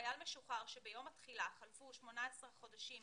חייל משוחרר שביום התחילה חלפו למעלה מ-18 חודשים